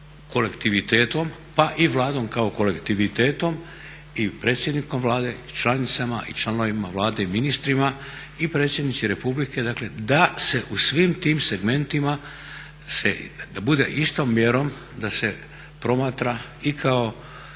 kao kolektivitetom, pa i Vladom kao kolektivitetom i predsjednikom Vlade i članicama i članovima Vlade i ministrima i predsjednici republike, dakle da se u svim tim segmentima, da bude istom mjerom da se promatra i kako